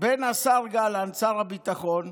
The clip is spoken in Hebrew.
בין השר גלנט, שר הביטחון,